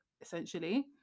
essentially